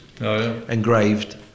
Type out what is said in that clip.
engraved